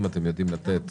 אם אתם יודעים לתת